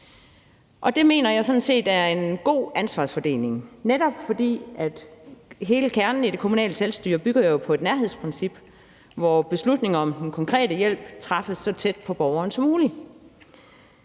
jeg sådan set er en god ansvarsfordeling, netop fordi hele kernen i det kommunale selvstyre jo bygger på et nærhedsprincip, hvor beslutninger om den konkrete hjælp træffes så tæt på borgeren som muligt.